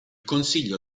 consiglio